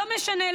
לא משנה,